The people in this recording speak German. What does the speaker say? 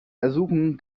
ersuchen